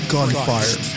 Gunfire